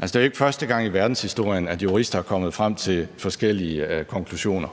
Det er ikke første gang i verdenshistorien, at jurister er kommet frem til forskellige konklusioner,